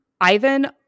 Ivan